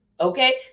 okay